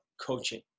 coaching